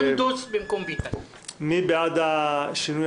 מי בעד השינוי?